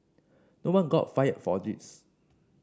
no one got fired for this